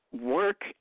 work